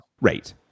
right